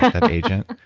that agent?